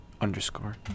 underscore